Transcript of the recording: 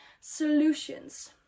solutions